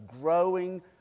...growing